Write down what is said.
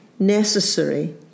Necessary